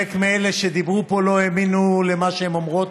חלק מאלה שדיברו פה לא האמינו למה שהן אומרות,